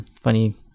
funny